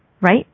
Right